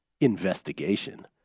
investigation